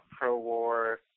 pro-war